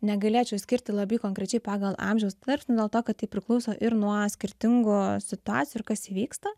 negalėčiau išskirti labai konkrečiai pagal amžiaus tarpsnį dėl to kad tai priklauso ir nuo skirtingų situacijų ir kas įvyksta